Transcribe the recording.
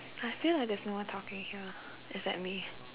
I feel like there is no one talking here ah is that me